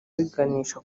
biganisha